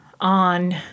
on